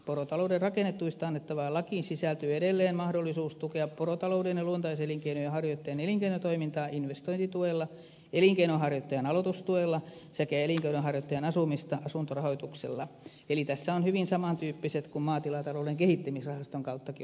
porotalouden rakennetuista annettavaan lakiin sisältyy edelleen mahdollisuus tukea porotalouden ja luontaiselinkeinojen harjoittajien elinkeinotoimintaa investointituella elinkeinonharjoittajan aloitustuella sekä elinkeinonharjoittajan asumista asuntorahoituksella eli tässä on hyvin saman tyyppiset kuin maatilatalouden kehittämisrahaston kauttakin olevat mahdollisuudet